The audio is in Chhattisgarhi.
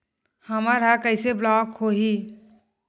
हमर ह कइसे ब्लॉक होही?